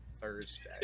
Thursday